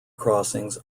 crossings